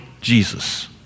Jesus